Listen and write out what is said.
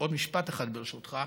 עוד משפט אחד ברשותך,